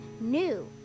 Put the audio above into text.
new